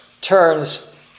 turns